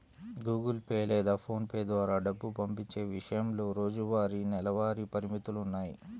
Google pay లేదా phone pay ద్వారా డబ్బు పంపించే విషయంలో రోజువారీ, నెలవారీ పరిమితులున్నాయి